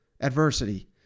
adversity